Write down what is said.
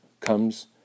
comes